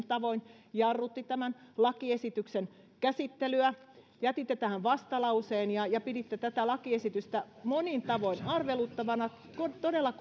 tavoin jarrutti lakiesityksen käsittelyä jätitte tähän vastalauseen ja ja piditte tätä lakiesitystä monin tavoin arveluttavana todella